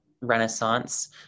renaissance